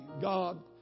God